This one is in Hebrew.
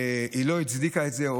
ולא הצדיקה את זה.